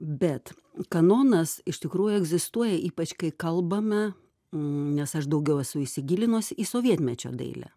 bet kanonas iš tikrųjų egzistuoja ypač kai kalbame nes aš daugiau esu įsigilinus į sovietmečio dailę